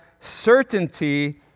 certainty